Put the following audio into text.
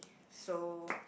so